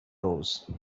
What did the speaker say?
rose